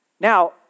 Now